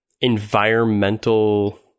environmental